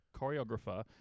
choreographer